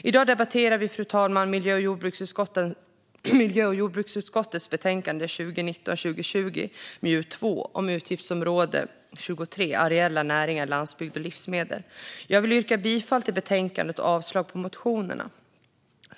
Fru talman! I dag debatterar vi miljö och jordbruksutskottets betänkande 2019/20:MJU2 Utgiftsområde 23 Areella näringar, landsbygd och livsmedel . Jag vill yrka bifall till utskottets förslag i betänkandet och avslag på motionerna.